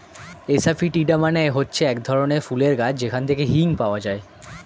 asafoetida মানে হচ্ছে এক ধরনের ফুলের গাছ যেখান থেকে হিং পাওয়া যায়